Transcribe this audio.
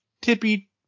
tippy